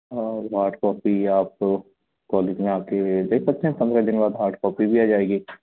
hard copy आप college में आके ले सकते हैं पंद्रह दिन बाद हार्ड कॉपी भी आ जाएगी